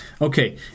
Okay